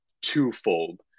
twofold